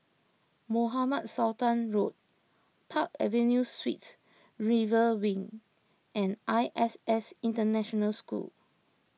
Mohamed Sultan Road Park Avenue Suites River Wing and I S S International School